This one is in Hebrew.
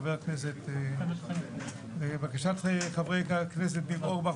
חבר הכנסת בן גביר לבקשת חבר הכנסת ניר אורבך,